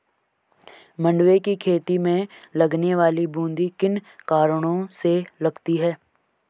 मंडुवे की खेती में लगने वाली बूंदी किन कारणों से लगती है?